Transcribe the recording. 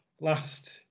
last